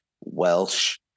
Welsh